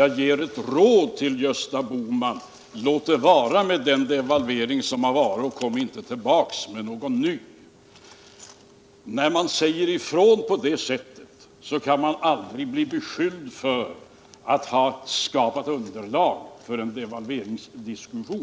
att ge ett råd till Gösta Bohman: Låt det vara med den devalvering som har genomförts och kom inte tillbaka med någon ny! När man säger ifrån på det sättet kan man aldrig bli beskylld för att ha skapat underlag för en devalveringsdiskussion.